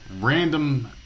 random